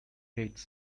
hates